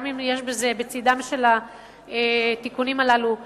גם אם יש לצד התיקונים הללו עלויות,